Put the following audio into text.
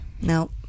Nope